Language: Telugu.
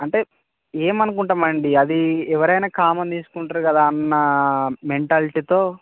అంటే ఏమనుకుంటాం అండి అది ఎవరైన కామన్ తీసుకుంటారు కదా అన్న మెంటాలిటీతో